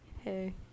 hey